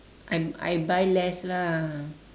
I I buy less lah